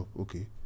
okay